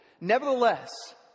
Nevertheless